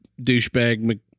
douchebag